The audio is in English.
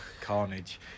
carnage